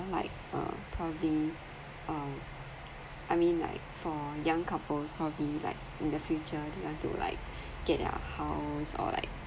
or like um probably um I mean like for young couples probably like in the future they want to like get their house or like